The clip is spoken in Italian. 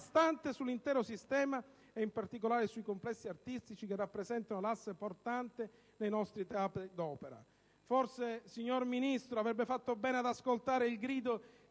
sull'intero sistema e, in particolare, sui complessi artistici che rappresentano l'asse portante dei nostri teatri d'opera. Forse, signor Ministro, avrebbe fatto bene ad ascoltare il grido